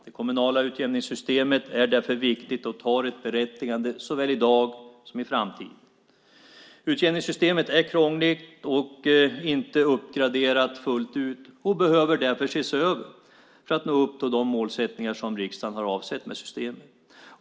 Det kommunala utjämningssystemet är därför viktigt och har ett berättigande såväl i dag som i framtiden. Utjämningssystemet är krångligt och har inte uppgraderats fullt ut. Det behöver därför ses över för att man ska uppnå de målsättningar som riksdagen har avsett med systemet.